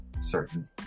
certain